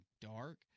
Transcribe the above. dark